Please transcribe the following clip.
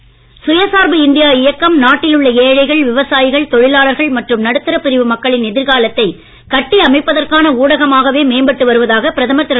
மோடி சுயசார்பு இந்தியா இயக்கம் நாட்டில் உள்ள ஏழைகள் விவசாயிகள் தொழிலாளர்கள் மற்றும் நடுத்தர பிரிவு மக்களின் எதிர்காலத்தை கட்டி அமைப்பதற்கான ஊடகமாகவே மேம்பட்டு வருவதாக பிரதமர் திரு